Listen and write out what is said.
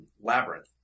labyrinth